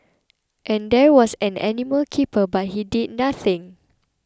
and there was an animal keeper but he did nothing